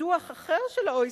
דוח אחר של ה-OECD,